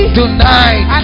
tonight